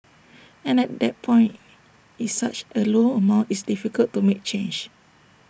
and at that point it's such A low amount it's difficult to make change